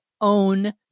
own